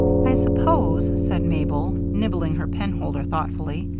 i suppose, said mabel, nibbling her penholder thoughtfully,